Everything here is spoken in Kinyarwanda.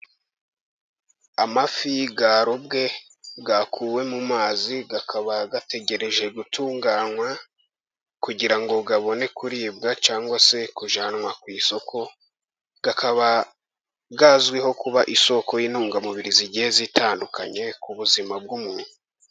Amafi yarobwe, yakuwe mu mazi, akaba ategereje gutunganywa, kugira ngo abone kuribwa cyangwa se kujyanwa ku isoko, akaba azwiho kuba isoko y'intungamubiri zigiye zitandukanye, ku buzima bw'umuntu.